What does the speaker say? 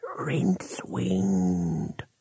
Rincewind